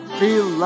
feel